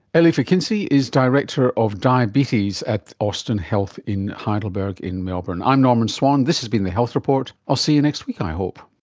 elif ekinci is director of diabetes at austin health in heidelberg in melbourne. i'm norman swan, this has been the health report, i'll see you next week and i hope